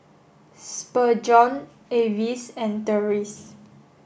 Spurgeon Avis and Terese